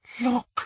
look